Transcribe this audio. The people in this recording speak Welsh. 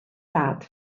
dad